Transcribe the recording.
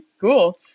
cool